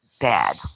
bad